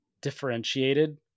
differentiated